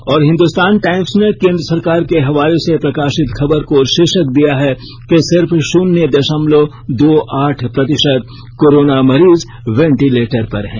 और हिंदुस्तान टाइम्स ने केंद्र सरकार के हवाले से प्रकाशित खबर को शीर्षक दिया है कि सिर्फ शून्य दशमलव दो आठ प्रतिशत कोरोना मरीज वेंटिलेटर पर हैं